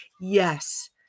yes